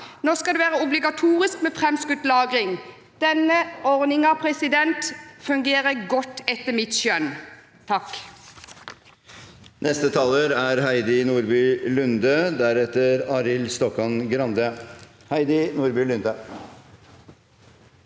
Nå skal det være obligatorisk med fremskutt lagring. Denne ordningen fungerer godt, etter mitt skjønn. Heidi